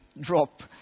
drop